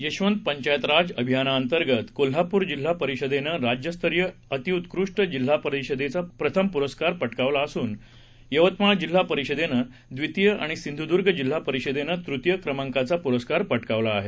यशवंत पंचायत राज अभियानाअंतर्गत कोल्हापूर जिल्हा परिषदेनं राज्यस्तरीय अत्युत्कृष्ट जिल्हा परिषदेचा प्रथम पुरस्कार पटकावला असून यवतमाळ जिल्हा परिषदेनं द्वितीय आणि सिंधुदूर्ण जिल्हा परिषदेनं तृतीय क्रमांकाचा पुरस्कार पटकावला आहे